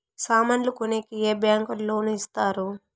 సామాన్లు కొనేకి ఏ బ్యాంకులు లోను ఇస్తారు?